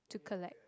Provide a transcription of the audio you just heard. to collect